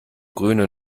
grüne